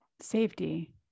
safety